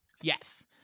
Yes